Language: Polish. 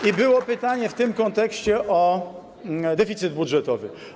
I było pytanie w tym kontekście o deficyt budżetowy.